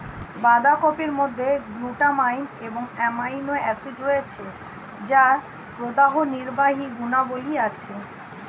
বাঁধাকপির মধ্যে গ্লুটামাইন এবং অ্যামাইনো অ্যাসিড রয়েছে যার প্রদাহনির্বাহী গুণাবলী আছে